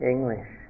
English